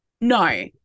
No